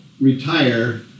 retire